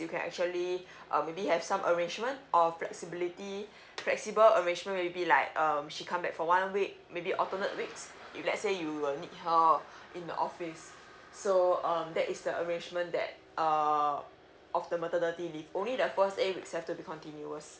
you can actually uh maybe have some arrangement or flexibility flexible arrangement maybe like um she come back for one week maybe alternate weeks if let's say you will need her in the office so um that is the arrangement that uh of the maternity leave only the first eight week it has to be continuous